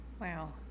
Wow